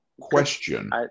Question